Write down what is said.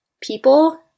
People